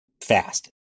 fast